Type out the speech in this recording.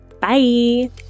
Bye